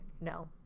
no